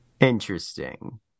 Interesting